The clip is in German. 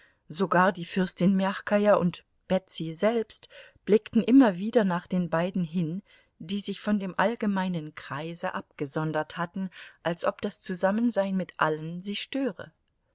sogar die fürstin mjachkaja und betsy selbst blickten immer wieder nach den beiden hin die sich von dem allgemeinen kreise abgesondert hatten als ob das zusammensein mit allen sie störe